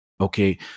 Okay